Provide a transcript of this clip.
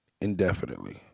indefinitely